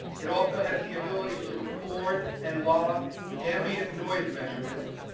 it also has the ability to record and log ambient noise measurements,